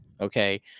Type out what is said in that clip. okay